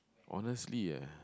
honestly ah